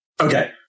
Okay